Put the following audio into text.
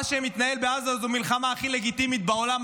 מה שמתנהל בעזה זו המלחמה הכי לגיטימית בעולם,